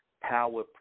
power